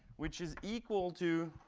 which is equal to